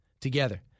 together